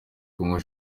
congo